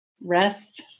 rest